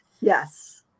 Yes